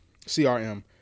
CRM